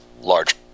large